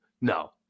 no